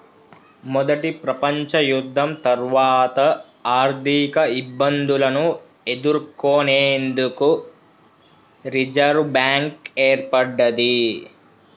మొదటి ప్రపంచయుద్ధం తర్వాత ఆర్థికఇబ్బందులను ఎదుర్కొనేందుకు రిజర్వ్ బ్యాంక్ ఏర్పడ్డది